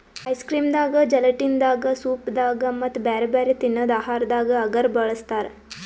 ice cream ದಾಗಾ gelatin ದಾಗಾ soup ದಾಗಾ ಮತ್ತ್ ಬ್ಯಾರೆ ಬ್ಯಾರೆ ತಿನ್ನದ್ ಆಹಾರದಾಗ ಅಗರ್ ಬಳಸ್ತಾರಾ